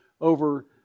over